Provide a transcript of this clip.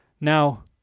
Now